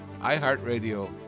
iHeartRadio